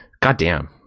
Goddamn